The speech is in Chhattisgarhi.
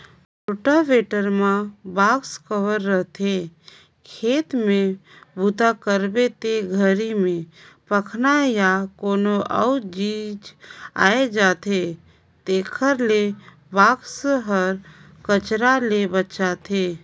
रोटावेटर म बाक्स कवर रहिथे, खेत में बूता करबे ते घरी में पखना या कोनो अउ चीज आये जाथे तेखर ले बक्सा हर कचरा ले बचाथे